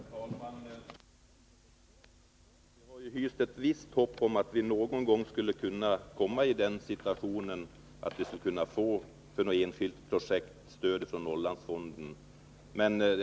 Herr talman! Jag har hyst ett visst hopp om att vi någon gång skulle kunna komma i den situationen, att vi kunde få stöd från Norrlandsfonden till ett enskilt projekt.